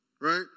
Right